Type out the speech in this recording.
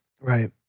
Right